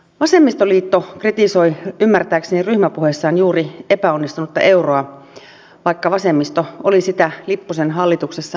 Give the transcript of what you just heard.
vasemmistoliitto kritisoi ymmärtääkseni ryhmäpuheessaan juuri epäonnistunutta euroa vaikka vasemmisto oli sitä lipposen hallituksessa hyväksymässä